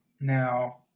now